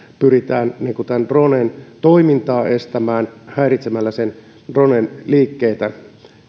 pyritään dronen toimintaa estämään häiritsemällä sen liikkeitä